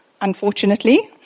unfortunately